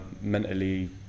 mentally